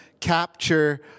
capture